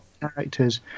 characters